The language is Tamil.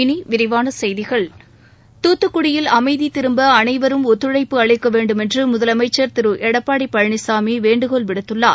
இனி விரிவான செய்திகள் தூத்துக்குடியில் அமைதி திரும்ப அனைவரும் ஒத்துழைப்பு அளிக்க வேண்டுமென்று முதலமைச்சா் திரு எடப்பாடி பழனிசாமி வேண்டுகோள் விடுத்துள்ளார்